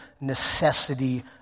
necessity